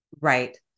Right